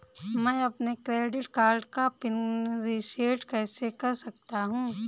मैं अपने credit card का पिन रिसेट कैसे कर सकता हूँ?